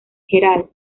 gral